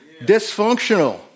dysfunctional